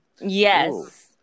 Yes